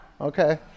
Okay